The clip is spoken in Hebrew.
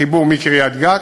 חיבור מקריית-גת,